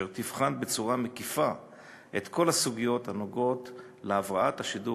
וזו תבחן בצורה מקיפה את כל הסוגיות הנוגעות להבראת השידור